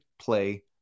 play